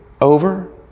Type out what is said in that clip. over